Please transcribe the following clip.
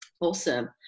awesome